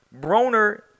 Broner